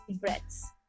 breaths